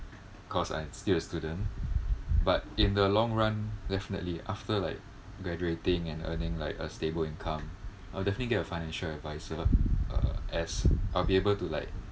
cause I'm still a student but in the long run definitely after like graduating and earning like a stable income I'll definitely get a financial adviser uh as I will be able to like